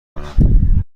کنم